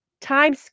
time